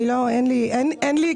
אדוני היושב-ראש,